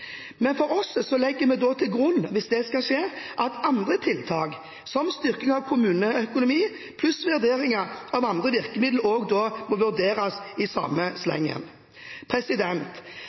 legger vi til grunn at andre tiltak som styrking av kommuneøkonomien pluss vurderinger av andre virkemidler også vurderes i samme slengen.